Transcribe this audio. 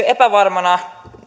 epävarmana